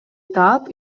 таап